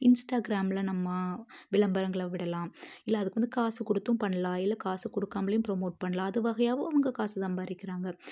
இன்ஸ்ட்டாகிராமில் நம்ம விளம்பரங்களை விடலாம் இல்லை அதுக்கு வந்து காசு கொடுத்தும் பண்ணலாம் இல்லை காசு கொடுக்காமலையும் ப்ரோமோட் பண்ணலாம் அது வகையாகவும் அவங்க காசு சம்பாதிக்கிறாங்க